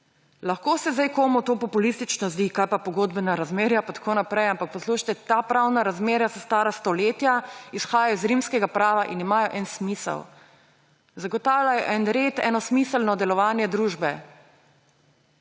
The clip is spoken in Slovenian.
Lahko se zdaj komu to populistično zdi, kaj pa pogodbena razmerja in tako naprej, ampak poslušajte, ta pravna razmerja so stara stoletja, izhajajo iz rimskega prava in imajo en smisel. Zagotavljajo en red, eno smiselno delovanje družbe.